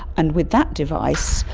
and with that device,